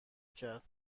کرد